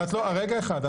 אל --- רגע אחד,